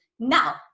now